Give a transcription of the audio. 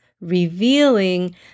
revealing